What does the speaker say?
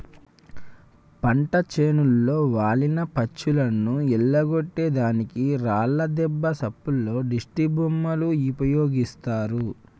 పంట చేనులో వాలిన పచ్చులను ఎల్లగొట్టే దానికి రాళ్లు దెబ్బ సప్పుల్లో దిష్టిబొమ్మలు ఉపయోగిస్తారు